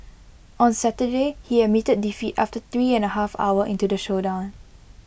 on Saturday he admitted defeat after three and A half hour into the showdown